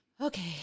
okay